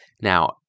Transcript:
Now